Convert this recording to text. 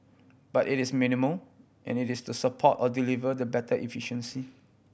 but it is minimal and it is to support or deliver the better efficiency